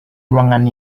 ruangan